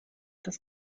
das